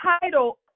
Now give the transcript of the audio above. title